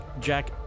Jack